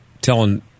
telling